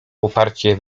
uparcie